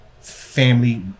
family